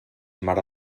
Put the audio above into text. mare